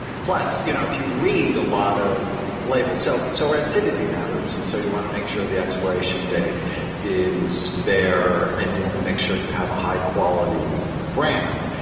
plus, you know if you read a lot of label. so so rancidity matters. and so you want to make sure the expiration date is there, and you want to make sure you have a high quality brand.